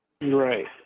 Right